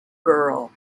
girl